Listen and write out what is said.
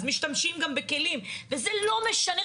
אז משתמשים גם בכלים וזה לא משנה,